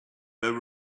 there